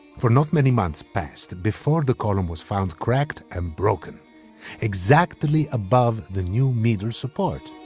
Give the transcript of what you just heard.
for not many months passed before the column was found cracked and broken exactly above the new middle support.